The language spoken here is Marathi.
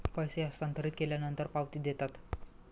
पैसे हस्तांतरित केल्यानंतर पावती देतात